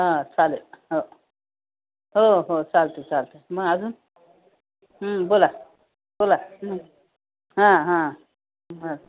हा चालेल हो हो हो चालतं चालतं मग अजून बोला बोला हा हा ब